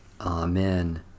Amen